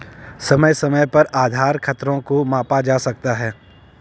समय समय पर आधार खतरों को मापा जा सकता है